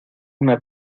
una